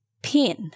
Pin